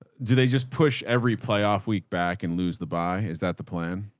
do they just push every playoff week back and lose the buy? is that the plan?